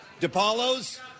DePaulo's